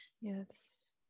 Yes